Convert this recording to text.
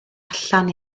allan